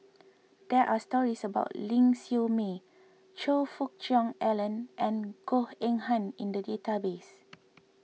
there are stories about Ling Siew May Choe Fook Cheong Alan and Goh Eng Han in the database